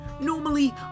Normally